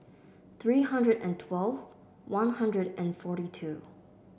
three hundred and twelve One Hundred and forty two